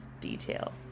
detail